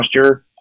posture